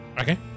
Okay